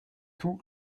tout